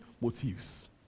motives